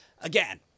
Again